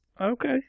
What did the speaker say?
Okay